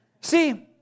See